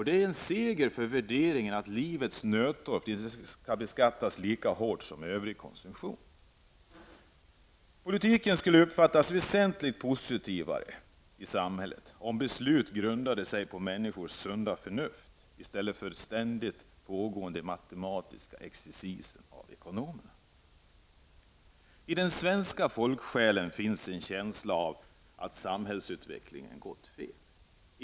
Det är en seger för värderingen att livets nödtorft inte skall beskattas lika hårt som övrig konsumtion. Politiken skulle uppfattas väsentligt mycket positivare i samhället om beslut grundade sig på människors sunda förnuft i stället för på den ständigt pågående matematiska exercis som ekonomerna ägnar sig åt. I den svenska folksjälen finns en känsla av att samhällsutvecklingen gått fel.